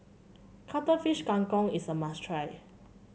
Cuttlefish Kang Kong is a must try